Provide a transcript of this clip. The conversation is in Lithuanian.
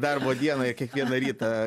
darbo dieną kiekvieną rytą